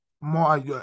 more